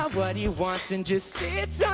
what he wants and just sits on